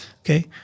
Okay